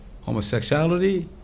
homosexuality